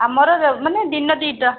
ଆମର ମାନେ ଦିନ ଦୁଇଟା